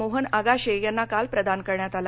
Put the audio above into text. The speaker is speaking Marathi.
मोहन आगाशे यांना काल प्रदान करण्यात आला